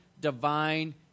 divine